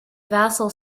vassal